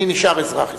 אני נשאר אזרח ישראלי.